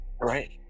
Right